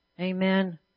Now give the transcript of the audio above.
Amen